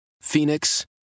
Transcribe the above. Phoenix